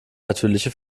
natürliche